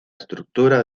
estructura